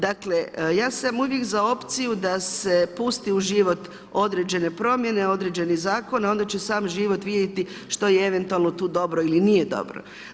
Dakle ja sam uvijek za opciju da se pusti u život određene promjene, određeni zakon, a onda će sam život vidjeti što je eventualno tu dobro ili nije dobro.